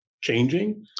changing